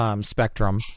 spectrum